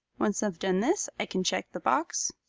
once i've done this, i can check the box